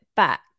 back